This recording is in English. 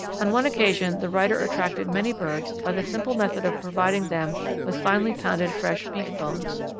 on one occasion the writer attracted many birds by the simple method of providing them with finely pounded fresh beef bones.